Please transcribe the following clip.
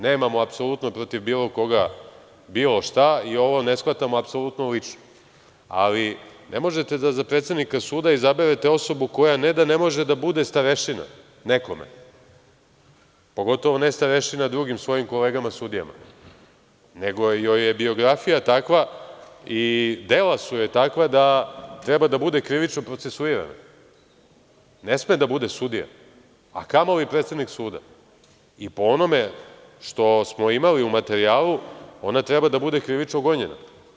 Nemamo apsolutno protiv bilo koga bilo šta i ovo ne shvatamo apsolutno lično, ali ne možete da za predsednika suda izaberete osobu koja ne da ne može da bude starešina nekome, pogotovo ne starešina drugim svojim kolegama sudijama, nego joj je biografija takva i dela su joj takva da treba da bude krivično procesuirana, ne sme da bude sudija, a kamoli predsednik suda i po onome što smo imali u materijalu, ona treba da bude krivično gonjena.